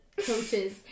coaches